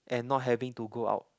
and not having to go out